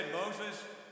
Moses